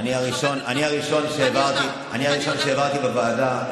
אני הראשון שהעברתי בוועדה,